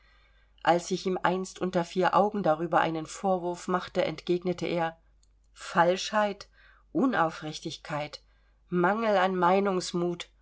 als ich ihm einst unter vier augen darüber einen vorwurf machte entgegnete er falschheit unaufrichtigkeit mangel an meinungsmut